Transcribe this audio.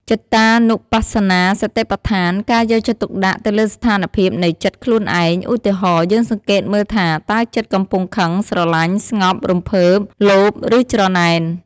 ចិត្តានុបស្សនាសតិប្បដ្ឋាន ការយកចិត្តទុកដាក់ទៅលើស្ថានភាពនៃ ចិត្ត ខ្លួនឯង ឧទាហរណ៍ យើងសង្កេតមើលថាតើចិត្តកំពុងខឹង ស្រលាញ់ ស្ងប់ រំភើប លោភ ឬច្រណែន។